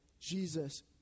Jesus